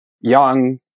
young